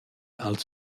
als